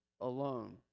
alone